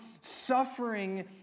suffering